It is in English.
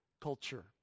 culture